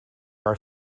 are